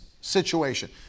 situation